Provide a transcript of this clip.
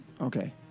Okay